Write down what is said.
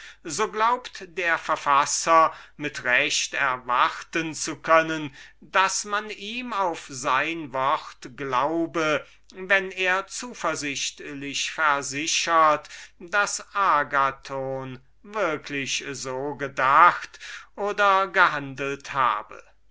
so glaubt der verfasser mit recht erwarten zu können daß man ihm auf sein wort glaube wenn er positiv versichert daß agathon wirklich so gedacht oder gehandelt habe